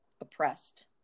oppressed